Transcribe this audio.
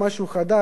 רק בשביל,